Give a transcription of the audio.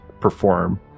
perform